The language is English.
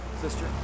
sister